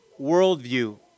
worldview